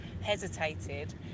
hesitated